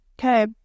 Okay